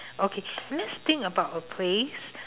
okay let's think about a place